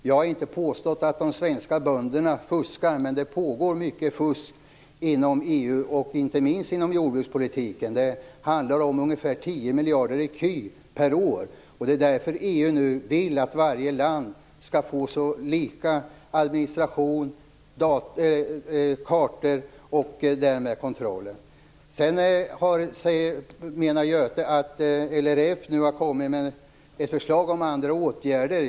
Jag har inte påstått att de svenska bönderna fuskar, men det pågår mycket fusk inom EU, inte minst inom jordbrukspolitiken. Det handlar om ungefär 10 miljarder ecu per år, och det är därför EU nu vill att varje land skall få likadan administration och kontroll och likadana kartor. Göte Jonsson menar att LRF nu har kommit med förslag om andra åtgärder.